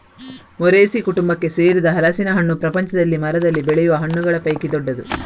Moraceae ಕುಟುಂಬಕ್ಕೆ ಸೇರಿದ ಹಲಸಿನ ಹಣ್ಣು ಪ್ರಪಂಚದಲ್ಲಿ ಮರದಲ್ಲಿ ಬೆಳೆಯುವ ಹಣ್ಣುಗಳ ಪೈಕಿ ದೊಡ್ಡದು